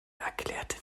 erklärte